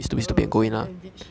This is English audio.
!duh! and and rich